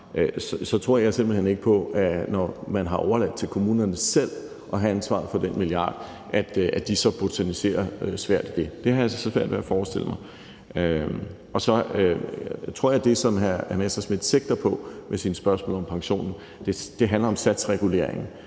styrke ældreplejen, og når man har overladt det til kommunerne selv at have ansvaret for den milliard, at de så botaniserer svært i det. Det tror jeg simpelt hen ikke på; det har jeg altså svært ved at forestille mig. Og så tror jeg, at det, som hr. Morten Messerschmidt sigter på med sine spørgsmål om pensionen, handler om satsreguleringen,